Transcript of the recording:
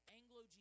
Anglo